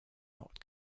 not